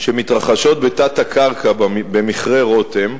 שמתרחשות בתת-הקרקע במכרה רותם,